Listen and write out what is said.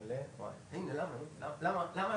פעולה אחת לבד לא